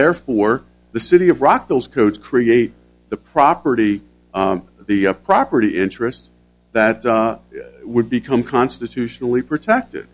therefore the city of rock those codes create the property the property interests that would become constitutionally protected